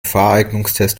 fahreignungstest